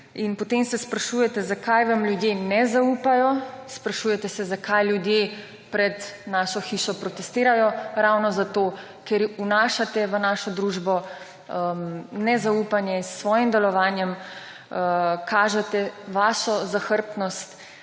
In potem se sprašujete, zakaj vam ljudje ne zaupajo. Sprašujete se, zakaj ljudje pred našo hišo protestirajo. Ravno zato, ker vnašate v našo družbo nezaupanje, s svojim delovanjem kažete vašo zahrbtnost